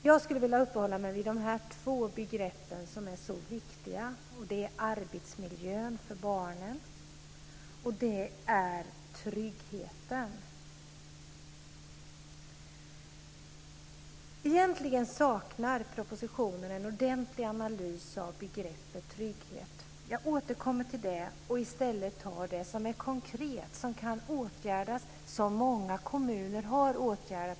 Jag skulle vilja uppehålla mig vid två begrepp som är så viktiga, och det är arbetsmiljön för barnen och tryggheten. Egentligen saknar propositionen en ordentlig analys av begreppet trygghet. Jag återkommer till det och tar i stället upp det som är konkret, som kan åtgärdas och som många kommuner har åtgärdat.